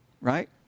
Right